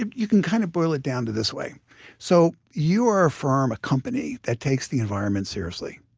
ah you can kind of boil it down to this way so you are a firm, a company, that takes the environment seriously.